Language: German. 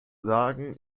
lagen